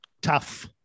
Tough